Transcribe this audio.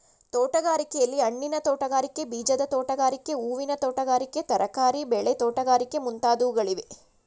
ತೋಟಗಾರಿಕೆಯಲ್ಲಿ, ಹಣ್ಣಿನ ತೋಟಗಾರಿಕೆ, ಬೀಜದ ತೋಟಗಾರಿಕೆ, ಹೂವಿನ ತೋಟಗಾರಿಕೆ, ತರಕಾರಿ ಬೆಳೆ ತೋಟಗಾರಿಕೆ ಮುಂತಾದವುಗಳಿವೆ